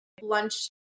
lunch